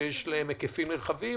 שיש להן היקפים נרחבים,